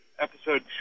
episode